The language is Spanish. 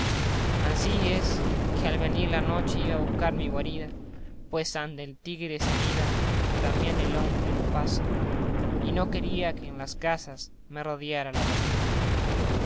ansí es que al venir la noche iba a buscar mi guarida pues ande el tigre se anida también el hombre lo pasa y no quería que en las casas me rodiara la partida